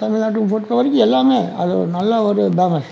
தமிழ்நாட்டப் பொறுத்த வரையும் எல்லாமே அது ஒரு நல்ல ஒரு பேமஸ்